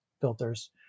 filters